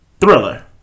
Thriller